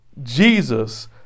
Jesus